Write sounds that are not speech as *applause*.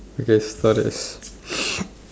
okay stories *noise*